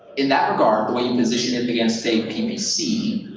in that regard, when you position it against, say, ppc,